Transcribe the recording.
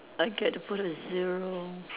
I get to put a zero